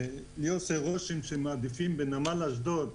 ודי עושה רושם שבנמל אשדוד הם מעדיפים